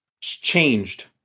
changed